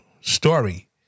story